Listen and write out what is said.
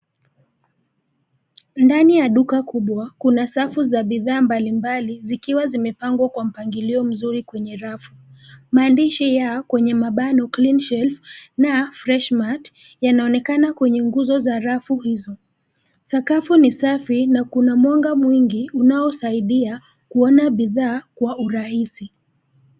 Ndani ya duka kubwa, kuna safu za bidhaa mbalimbali, zikiwa zimepangwa kwa mpangilio mzuri kwenye rafu. Maandishi ya kwenye mabano cleanshelf na freshmart yanaonekana kwenye nguzo za rafu hizo. Sakafu ni safi, na kuna mwanga mwingi unaosaidia kuona bidhaa kwa urahisi.